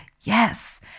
yes